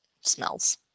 smells